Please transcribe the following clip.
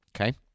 okay